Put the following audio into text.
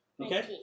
Okay